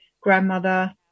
grandmother